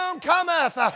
cometh